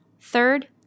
Third